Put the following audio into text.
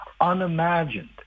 unimagined